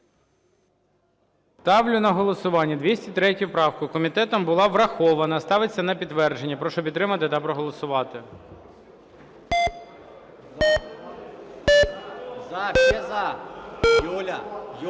Ставлю на голосування 203 правку комітетом була врахована. Ставиться на підтвердження. Прошу підтримати та проголосувати.